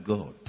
God